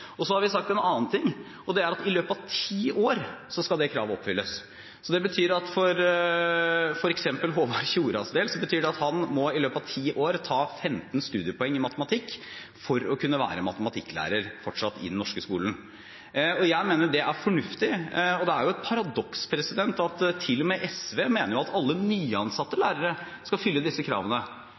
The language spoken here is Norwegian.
Så har vi sagt en annen ting. Det er at i løpet av ti år skal det kravet oppfylles. Så for f.eks. Håvard Tjoras del betyr det at han i løpet av ti år må ta 15 studiepoeng i matematikk for fortsatt å kunne være matematikklærer i den norske skolen. Jeg mener det er fornuftig. Det er jo et paradoks at til og med SV mener at alle nyansatte lærere skal fylle disse kravene,